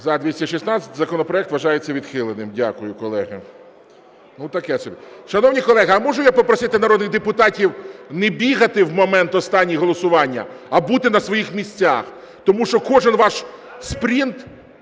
За-216 Законопроект вважається відхиленим. Дякую, колеги. Шановні колеги, а можу я попросити народних депутатів не бігати в момент останніх голосувань, а бути на своїх місцях, тому що кожен ваш спринт